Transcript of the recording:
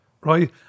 right